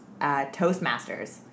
Toastmasters